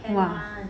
!wah!